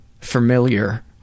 familiar